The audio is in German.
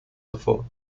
hervor